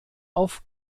auf